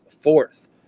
fourth